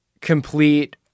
complete